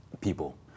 people